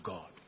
God